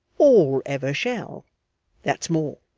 or ever shall that's more